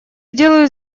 сделаю